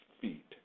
feet